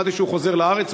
שמעתי שהוא חוזר לארץ,